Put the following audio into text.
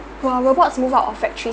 while robots move out of factory